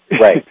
Right